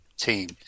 team